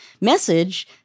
message